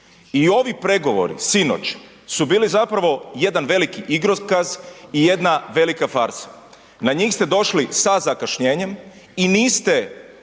I ovi pregovori sinoć su bili zapravo jedan veliki igrokaz i jedna velika farsa. Na njih ste došli sa zakašnjenjem i niste